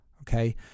Okay